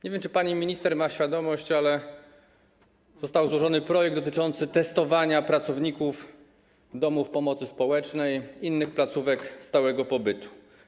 Nie wiem, czy pani minister ma świadomość, ale został złożony projekt dotyczący testowania pracowników domów pomocy społecznej, innych placówek stałego pobytu.